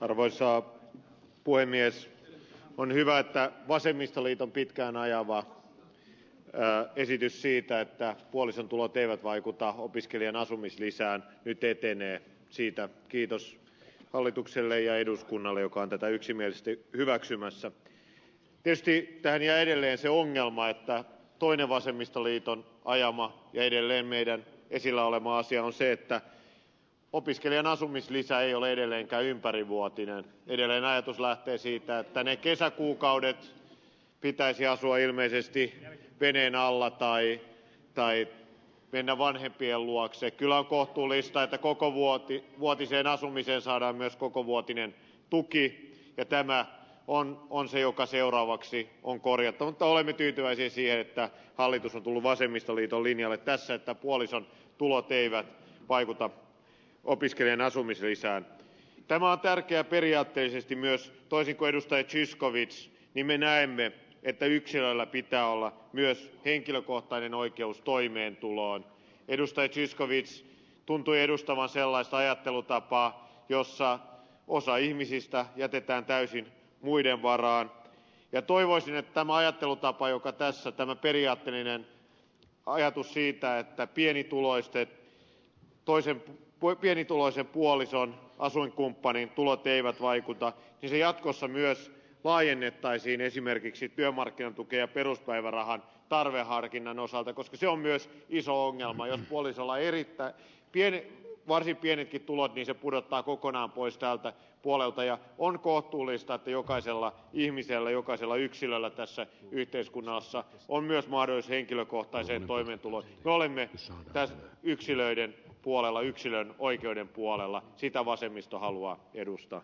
arvoisa puhemies on hyvä että vasemmistoliiton pitkään ajama ja esitys siitä että puolison tulot eivät vaikuta opiskelijan asumislisää ei tee tenää siitä kiitos oletukselle ja eduskunnalle joka tätä yksimielisesti hyväksymässä pestiin ja edelleen se ongelma että toinen vasemmistoliiton ajamaan edelleen meidän esillä oleva asia on se että opiskelijan asumislisää ei ole edelleenkään ympärivuotinen edelleen ajatus lähtee siitä että ne kesäkuukaudet pitäisi asua ilmeisesti veden alla taikka ei mennä vanhempien luokse kyllä on kohtuullista että koko muoti vuotiseen asumiseen saadaan myös kokovuotinen puukirkko tämän on ponsi joka seuraavaksi kun korjata olemme tyytyväisiä siihen että hallitus ei kuulu vasemmistoliiton linjan että se että puolison tulot eivät vaikuta opiskelijan asumislisää pääomaa tärkeä periaatteellisesti myös toisin korostaen siis koviksi me näemme että yksilöillä pitää olla myös henkilökohtainen oikeus toimeentulon edustaja zyskowicz tuntui edustavan sellaista ajattelutapaa jossa osa ihmisistä jätetään täysin muiden varaan ja toivoisin että oma ajattelutapa joka tässä tämä periaate nenään ja ajatus siitä että pienituloisten toisin kuin pienituloisen puoliso asuinkumppanin tulot eivät vaikuta jatkossa myös laajennettaisiin esimerkiksi työmarkkinatukea peruspäivärahan tarveharkinnan osalta koska se on myös iso ongelma ja puoliso lairikkoa pieleen varsin pienet tulot viisi pudottaa kokonaan pois tältä puolelta ja on koottu lista jokaisella ihmisellä jokaisella yksilöllä tässä yhteiskunnassa on myös marois henkilökohtaisen toimet ovat valinneet pääsee yksilöiden puolella yksilön oikeuden puolella sitä vasemmisto haluaa perustaa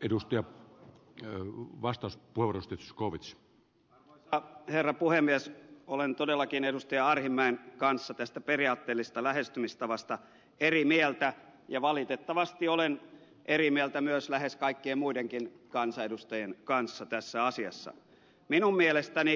edustaja joe bastos purueristyskovits ja herra puhemies olen todellakin edustaja arhinmäen kanssa tästä periaatteellisesta lähestymistavasta eri mieltä ja valitettavasti olen eri mieltä myös lähes kaikkien muidenkin kansanedustajien kanssa tässä asiassa minun mielestäni